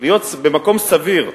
להיות במקום סביר.